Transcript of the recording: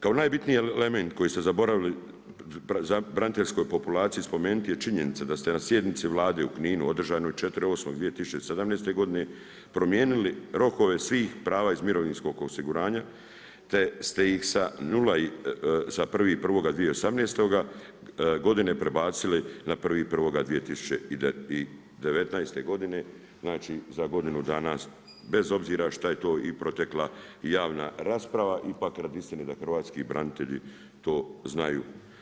Kao najbitniji element koji ste zaboravili braniteljskoj populaciji spomenuti je činjenica da ste na sjednici Vlade u Kninu 4.8.2017. godine promijenili rokove svih prava iz mirovinskog osiguranja te ste se sa 1.1.2018. godine prebacili na 1.1.2019. godine znači za godinu dana bez obzira šta je to i protekla javna rasprava, ipak radi istine da hrvatski branitelji to znaju.